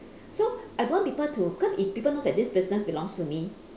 so I don't want people to cause if people knows that this business belongs to me